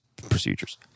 procedures